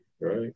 right